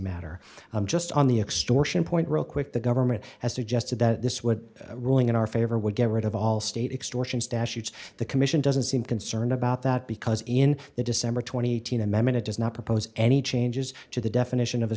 matter just on the extortion point real quick the government has suggested that this would ruling in our favor would get rid of all state extortion statutes the commission doesn't seem concerned about that because in the december twenty minute does not propose any changes to the definition of